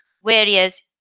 Whereas